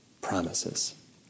promises